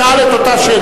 הוא שאל את אותה שאלה.